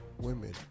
women